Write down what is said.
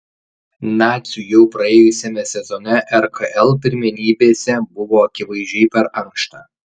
naciui jau praėjusiame sezone rkl pirmenybėse buvo akivaizdžiai per ankšta